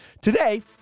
Today